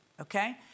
okay